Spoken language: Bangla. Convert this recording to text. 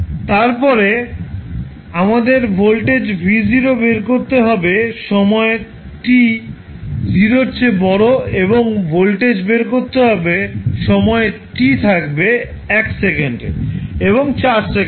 তারপরে আমাদের ভোল্টেজ v বের করতে হবে সময় t 0 এর চেয়ে বড় এবং ভোল্টেজ বের করতে হবে সময় t থাকবে 1 সেকেন্ডে এবং 4 সেকেন্ডে